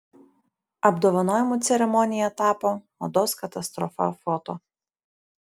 apdovanojimų ceremonija tapo mados katastrofa foto